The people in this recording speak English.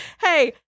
Hey